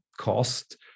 cost